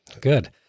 Good